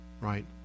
right